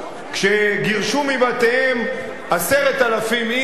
כשגירשו מבתיהם 10,000 איש,